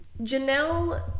Janelle